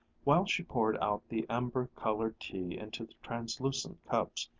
while she poured out the amber-colored tea into the translucent cups,